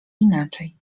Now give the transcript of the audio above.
inaczej